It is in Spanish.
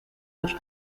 los